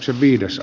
tämä lyhyesti